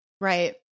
Right